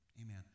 Amen